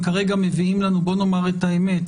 בואו נאמר את האמת,